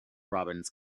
robbins